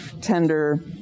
tender